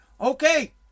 okay